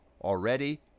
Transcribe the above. already